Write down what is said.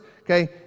Okay